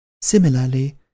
Similarly